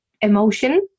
emotion